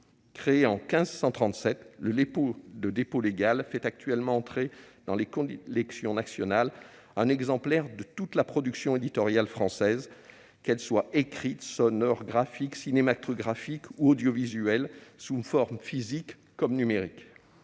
Créé en 1537, le dépôt légal fait actuellement entrer dans les collections nationales un exemplaire de toute la production éditoriale française, qu'elle soit écrite, sonore, graphique, cinématographique ou audiovisuelle, sous forme physique comme numérique.